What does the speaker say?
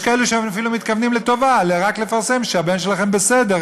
יש כאלה שאפילו מתכוונים לטובה: רק לפרסם שהבן שלכם בסדר,